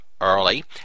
early